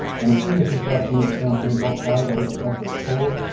and a previous assessment of the campaign helped guide our efforts forward.